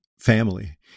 family